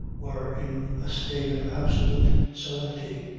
were in a state of absolute serenity.